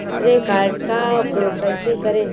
श्रेय कार्ड का उपयोग कैसे करें?